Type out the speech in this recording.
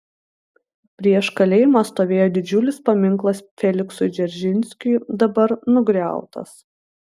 prieš kalėjimą stovėjo didžiulis paminklas feliksui dzeržinskiui dabar nugriautas